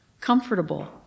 comfortable